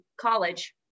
college